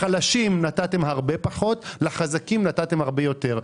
לחלשים נתתם הרבה פחות ולחזקים נתתם הרבה יותר.